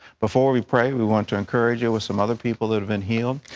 before we pray, we want to encourage you with some other people that have been healed.